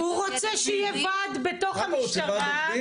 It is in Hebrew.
הוא רוצה שיהיה ועד בתוך המשטרה.